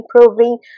improving